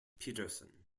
pedersen